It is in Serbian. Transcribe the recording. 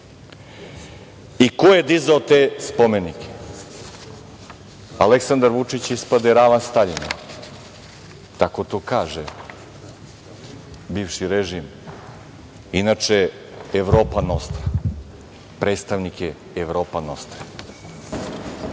i ko je dizao te spomenike. Aleksandar Vučić ispade ravan Staljinu. Tako to kaže bivši režim, inače Evropa Nostra, predstavnik Evropa